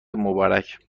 مبارک